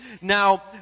Now